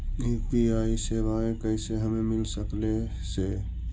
UPI सेवाएं कैसे हमें मिल सकले से?